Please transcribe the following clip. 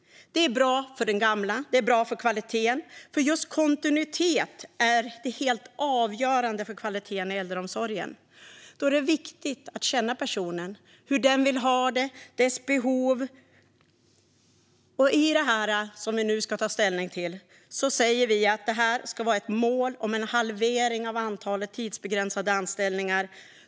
Det är bra för den gamla och för kvaliteten, för just kontinuitet är helt avgörande för kvaliteten i äldreomsorgen. Då är det viktigt att känna personen och veta hur den vill ha det och vilka behoven är. I det som vi nu ska ta ställning till säger vi att det ska vara ett mål om en halvering av antalet tidsbegränsade anställningar.